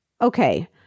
okay